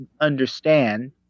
understand